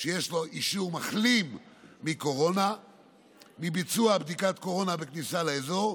שיש לו אישור מחלים מקורונה מביצוע בדיקת קורונה בכניסה לאזור,